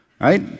right